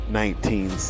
nineteen